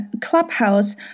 Clubhouse